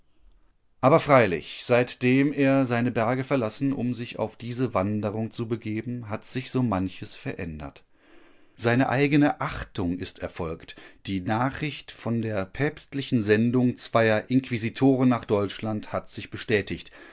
aber freilich seitdem er seine berge verlassen um sich auf diese wanderung zu begeben hat sich so manches verändert seine eigene achtung ist erfolgt die nachricht von der päpstlichen sendung zweier inquisitoren nach deutschland hat sich bestätigt